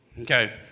Okay